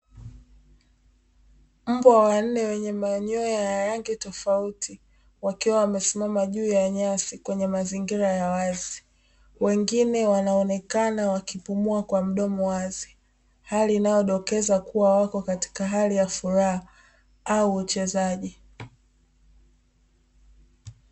Mbwa wanne wenye manyoya ya rangi tofauti wakiwa wamesimama juu ya nyasi kwenye mazingira ya wazi, wengine wanaonekana wakipumua kwa mdomo wazi, hali inayodokeza kuwa wako katika hali ya furaha au uchezaji.